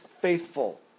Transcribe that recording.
faithful